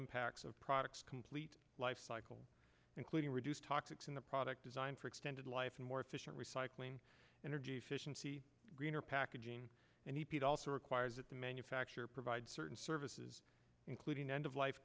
impacts of products complete lifecycle including reduce toxics in the product design for extended life and more efficient recycling energy efficiency greener packaging and he'd also requires that the manufacturer provide certain services including end of life